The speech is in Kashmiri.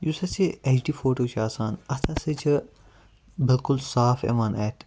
یُس ہسا یہِ اٮ۪چ ڈی فوٹو چھِ آسان اَتھ ہسا چھِ بِلکُل صاف یِوان اَتھِ